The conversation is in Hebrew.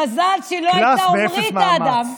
מזל שלא הייתה עומרית אדם,